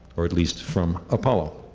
or at least from apollo.